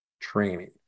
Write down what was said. training